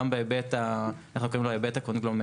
גם בהיבט אנחנו קוראים לו ההיבט הקונגלומרטי.